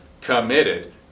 committed